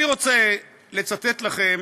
אני רוצה לצטט לכם